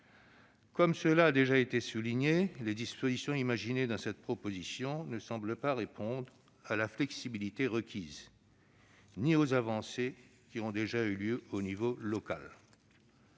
Comme cela a déjà été souligné, les dispositions imaginées dans cette proposition de loi ne semblent pas répondre à la flexibilité requise ni aux avancées qui ont déjà eu lieu au niveau local.